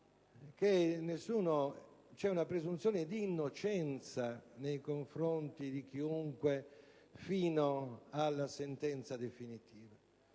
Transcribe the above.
alla presunzione d'innocenza nei confronti di chiunque fino alla sentenza definitiva.